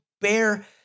bear